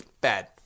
bad